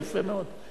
יפה מאוד.